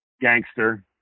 gangster